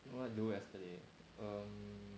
what I do yesterday